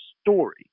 story